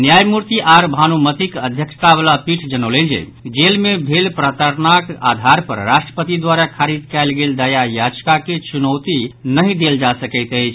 न्यायमूर्ति आर भानुमतिक अध्यक्षता वला पीठ जनौलनि जे जेल मे भेल प्रताड़नाक आधार पर राष्ट्रपति द्वारा खारिज कयल गेल दया याचिका के चुनौती नहि देल जा सकैत अछि